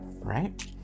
right